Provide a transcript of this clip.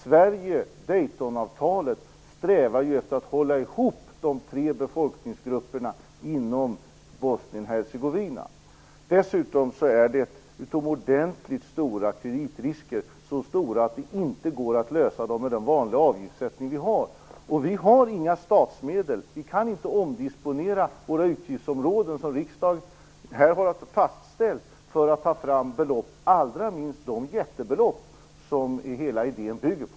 Sverige liksom Daytonavtalet strävar ju efter att hålla ihop de tre befolkningsgrupperna inom Bosnien-Hercegovina. Dessutom är det utomordentligt stora kreditrisker, så stora att det inte går att lösa dem med den vanliga avgiftssättning vi har. Och vi har inga statsmedel. Vi kan inte omdisponera våra utgiftsområden som riksdagen här har fastställt för att ta fram belopp, allra minst de jättebelopp som hela idén bygger på.